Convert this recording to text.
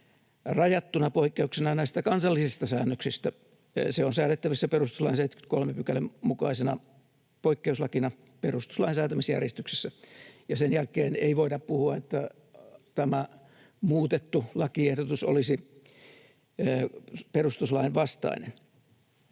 Rajattuna poikkeuksena näistä kansallisista säännöksistä se on säädettävissä perustuslain 73 §:n mukaisena poikkeuslakina perustuslain säätämisjärjestyksessä, ja sen jälkeen ei voida puhua, että tämä muutettu lakiehdotus olisi perustuslain vastainen.